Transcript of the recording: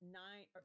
nine